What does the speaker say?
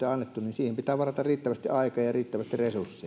siihen pitää varata riittävästi aikaa ja riittävästi